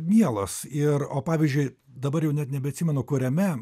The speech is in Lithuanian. mielos ir o pavyzdžiui dabar jau net nebeatsimenu kuriame